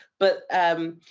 but, um,